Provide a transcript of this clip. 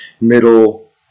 middle